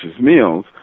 meals